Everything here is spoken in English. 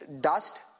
Dust